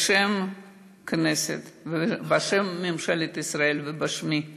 בשם הכנסת ובשם ממשלת ישראל ובשמי שלי,